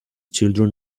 children